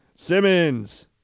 Simmons